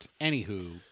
anywho